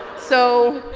so,